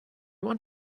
want